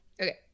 Okay